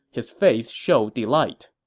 his face showed delight.